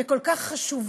וכל כך חשובה,